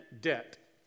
debt